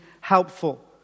helpful